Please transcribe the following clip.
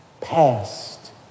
past